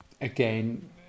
again